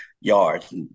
yards